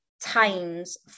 times